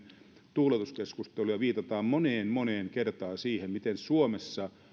tuuletuskeskustelu ja viitataan moneen moneen kertaan siihen miten suomessa